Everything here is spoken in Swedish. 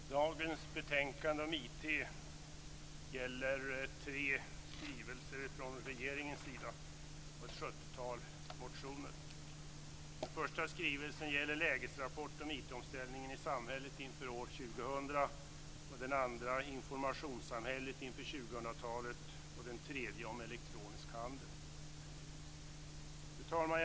Fru talman! Dagens betänkande om IT gäller tre skrivelser från regeringens sida och ett sjuttiotal motioner. Den första skrivelsen gäller lägesrapport om IT-omställningen i samhället inför år 2000, den andra informationssamhället inför 2000-talet och den tredje handlar om elektronisk handel. Fru talman!